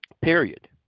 period